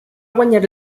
guanyar